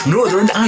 Northern